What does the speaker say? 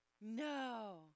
No